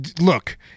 look